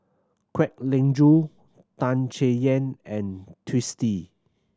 Kwek Leng Joo Tan Chay Yan and Twisstii